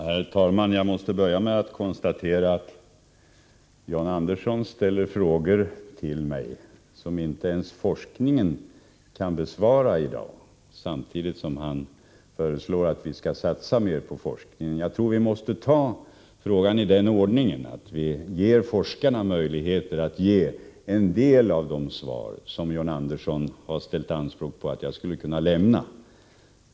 Herr talman! Jag måste börja med att konstatera att John Andersson ställer frågor till mig som inte ens forskningen kan besvara i dag, samtidigt som han föreslår att vi skall satsa mera på forskning. Jag tror att vi måste ta frågan i den ordningen att vi ger forskare möjlighet att ge en del av de svar som John Andersson har ställt anspråk på att jag skulle kunna lämna.